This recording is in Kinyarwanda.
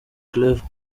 claver